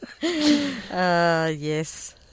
Yes